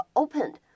opened